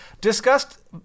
discussed